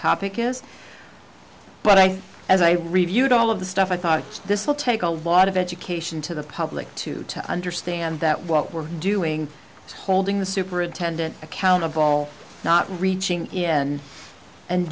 topic is but i think as i reviewed all of the stuff i thought this will take a lot of education to the public to understand that what we're doing is holding the superintendent accountable not reaching in and